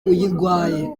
uyirwaye